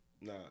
nah